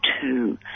two